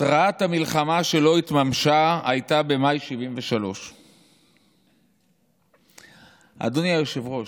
התרעת המלחמה שלא התממשה הייתה במאי 73'. אדוני היושב-ראש,